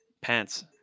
pants